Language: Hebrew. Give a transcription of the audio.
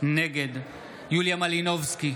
נגד יוליה מלינובסקי,